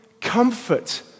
comfort